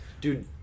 Dude